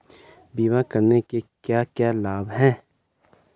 बीमा करने के क्या क्या लाभ हैं?